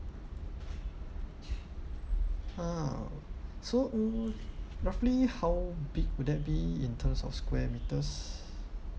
orh so roughly how big would that be in terms of square meters